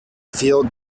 feel